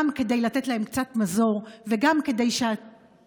גם כדי לתת להן קצת מזור וגם כדי שהתיקון,